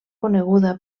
coneguda